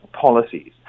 policies